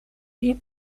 ihn